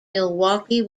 milwaukee